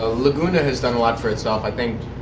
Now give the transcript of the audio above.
ah laguna has done a lot for itself. i think